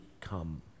come